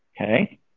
okay